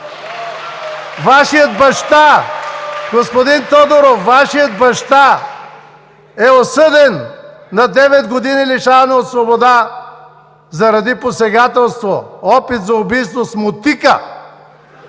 Вашият баща, господин Тодоров, е осъден на девет години лишаване от свобода, заради посегателство – опит за убийство с мотика